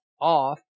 off